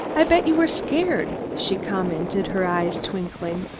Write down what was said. i bet you were scared, she commented, her eyes twinkling.